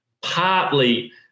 partly